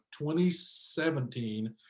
2017